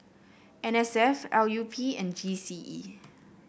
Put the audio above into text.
N S F L U P and G C E